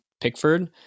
Pickford